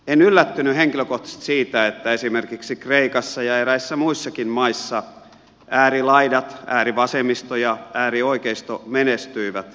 en yllättynyt henkilökohtaisesti siitä että esimerkiksi kreikassa ja eräissä muissakin maissa äärilaidat äärivasemmisto ja äärioikeisto menestyivät eurovaaleissa